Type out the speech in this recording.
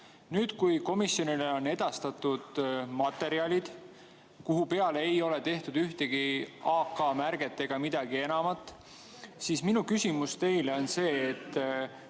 Nüüd, komisjonile on edastatud materjalid, kuhu peale ei ole tehtud ühtegi AK-märget ega midagi muud. Minu küsimus teile on see: